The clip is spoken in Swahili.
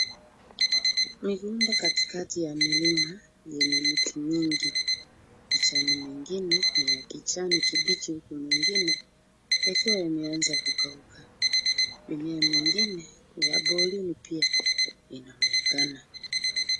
Migomba katikati ya milima yenye miti mingi. Majani mengine ni ya kijani kibichi huku mengine yakiwa yameanza kukauka. Mimea mingine ya porini pia inaonekana.